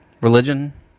religion